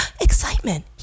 excitement